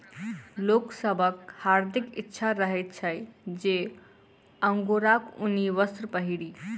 लोक सभक हार्दिक इच्छा रहैत छै जे अंगोराक ऊनी वस्त्र पहिरी